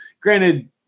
granted